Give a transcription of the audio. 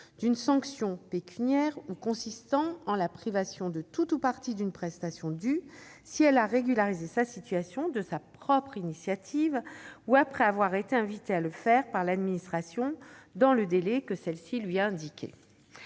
d'une sanction, pécuniaire ou consistant en la privation de tout ou partie d'une prestation due, si elle a régularisé sa situation de sa propre initiative ou après avoir été invitée à le faire par l'administration dans le délai que celle-ci lui a indiqué